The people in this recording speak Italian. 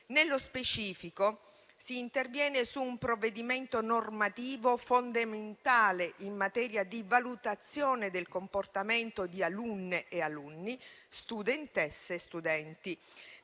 Nello specifico, si interviene su un provvedimento normativo fondamentale in materia di valutazione del comportamento di alunne e alunni, studentesse e studenti,